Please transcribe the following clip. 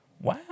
Wow